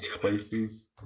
places